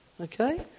Okay